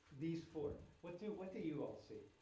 these four? what do. what do you all see?